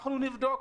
אנחנו נבדוק.